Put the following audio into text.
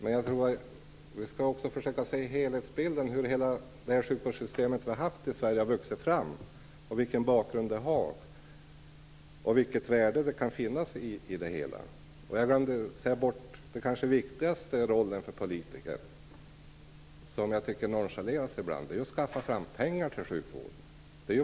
Men jag tror att vi också skall försöka se helhetsbilden, hur hela sjukvårdssystemet som vi har haft i Sverige har vuxit fram, vilken bakgrund det har och vilket värde det kan finnas i det hela. Den kanske viktigaste rollen för oss politiker, som jag tycker ibland nonchaleras, är att skaffa fram pengar till sjukvården.